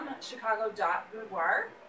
chicago.boudoir